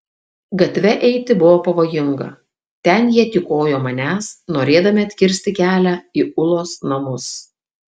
gatve eiti buvo pavojinga ten jie tykojo manęs norėdami atkirsti kelią į ulos namus